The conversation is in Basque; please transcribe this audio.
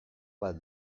bat